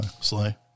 Slay